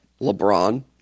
LeBron